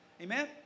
Amen